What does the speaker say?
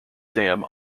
dam